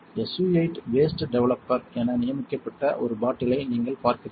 SU 8 waste developer என நியமிக்கப்பட்ட ஒரு பாட்டிலை நீங்கள் பார்க்கிறீர்கள்